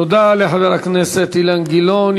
תודה לחבר הכנסת אילן גילאון.